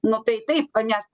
nu tai taip nes